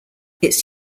its